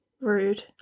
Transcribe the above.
rude